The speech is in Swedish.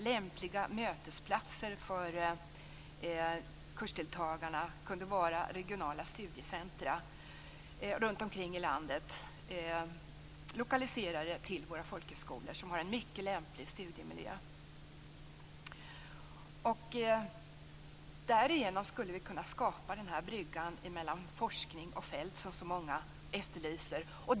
Lämpliga mötesplatser för kursdeltagarna kunde vara regionala studiecentrum runt omkring i landet, lokaliserade till våra folkhögskolor som är en mycket lämplig studiemiljö. Därigenom skulle vi kunna skapa den brygga mellan forskning och fält som så många efterlyser.